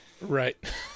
right